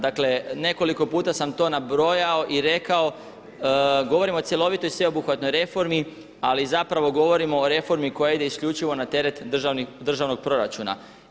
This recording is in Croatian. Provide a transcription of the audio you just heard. Dakle nekoliko puta sam to nabrojao i rekao, govorim o cjelovito sveobuhvatnoj reformi ali zapravo govorimo o reformi koja ide isključivo na teret državnog proračuna.